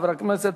חבר הכנסת